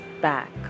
back